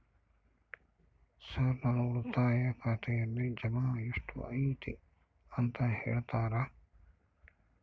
Sir ನನ್ನ ಉಳಿತಾಯ ಖಾತೆಯಲ್ಲಿ ಜಮಾ ಎಷ್ಟು ಐತಿ ಅಂತ ಹೇಳ್ತೇರಾ?